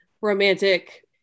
romantic